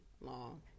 long